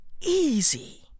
easy